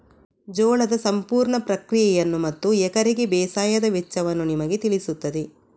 ಜೋಳದ ಸಂಪೂರ್ಣ ಪ್ರಕ್ರಿಯೆಯನ್ನು ಮತ್ತು ಎಕರೆಗೆ ಬೇಸಾಯದ ವೆಚ್ಚವನ್ನು ನಿಮಗೆ ತಿಳಿಸುತ್ತದೆ